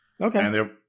Okay